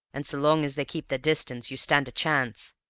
and so long as they keep their distance you stand a chance.